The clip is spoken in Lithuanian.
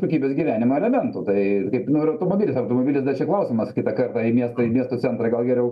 kokybės gyvenimo elementų tai kaip nu ir automobilis automobilis dar čia klausimas kitą kartą į miestą į miesto centrą gal geriau